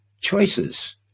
choices